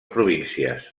províncies